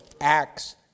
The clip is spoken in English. Acts